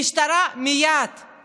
המשטרה הייתה פותחת מייד,